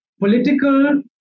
political